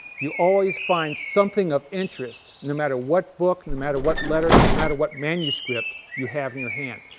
you always find something of interest no matter what book, no matter what letter, no matter what manuscript you have in your hand.